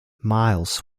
miles